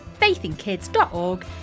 Faithinkids.org